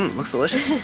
looks delicious.